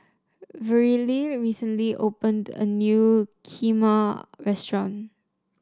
Verlie recently opened a new Kheema restaurant